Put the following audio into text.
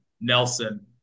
Nelson